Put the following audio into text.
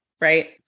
Right